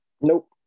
Nope